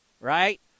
right